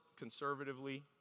Conservatively